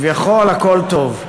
כביכול הכול טוב.